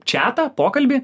čiatą pokalbį